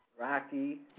rocky